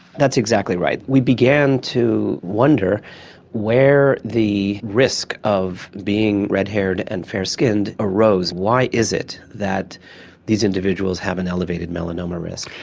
that's exactly right. we began to wonder where the risk of being red haired and fair skinned arose, why is it that these individuals have an elevated melanoma risk?